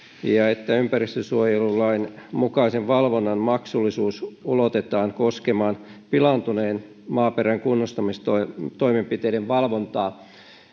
ja että ympäristönsuojelulain mukaisen valvonnan maksullisuus ulotetaan koskemaan pilaantuneen maaperän kunnostamistoimenpiteiden valvontaa